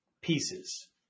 pieces